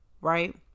right